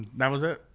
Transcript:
that was it.